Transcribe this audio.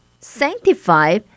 sanctify